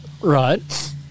Right